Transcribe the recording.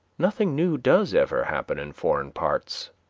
nothing new does ever happen in foreign parts,